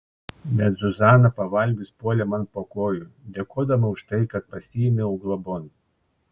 bet zuzana pavalgius puolė man po kojų dėkodama už tai kad pasiėmiau globon